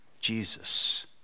Jesus